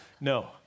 No